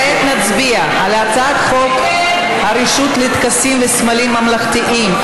כעת נצביע על הצעת חוק הרשות לטקסים וסמלים ממלכתיים,